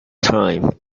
time